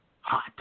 hot